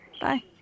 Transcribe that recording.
Bye